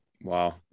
wow